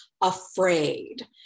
afraid